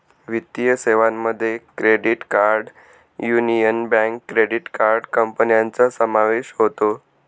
वित्तीय सेवांमध्ये credit card union bank credit card कंपन्यांचा समावेश होतो